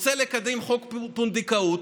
ורוצה לקדם חוק פונדקאות,